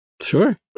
Sure